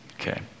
Okay